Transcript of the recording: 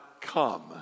come